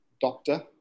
doctor